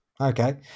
Okay